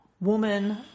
woman